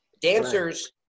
dancers